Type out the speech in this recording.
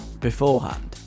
beforehand